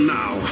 now